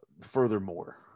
furthermore